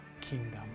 kingdom